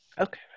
okay